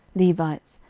levites,